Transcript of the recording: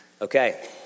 Okay